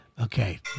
Okay